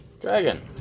Dragon